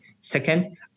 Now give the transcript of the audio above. Second